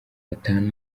batanu